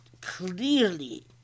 clearly